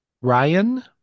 Ryan